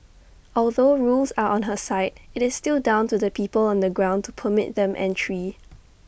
although rules are on her side IT is still down to the people on the ground to permit them entry